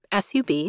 SUB